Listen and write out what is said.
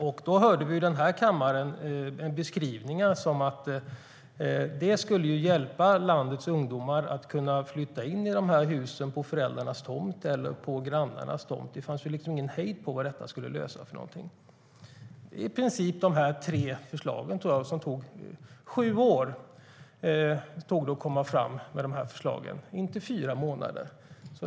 Det beskrevs i kammaren som något som skulle hjälpa landets ungdomar genom att de kunde flytta in i ett Attefallshus på föräldrarnas tomt eller på grannens tomt. Det fanns ingen hejd på allt vad det skulle lösa. Dessa tre förslag tog det i princip sju år att komma fram med, inte fyra månader.